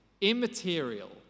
immaterial